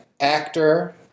actor